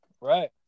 right